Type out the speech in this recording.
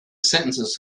sentences